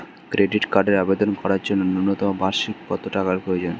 Credit কার্ডের আবেদন করার জন্য ন্যূনতম বার্ষিক কত টাকা প্রয়োজন?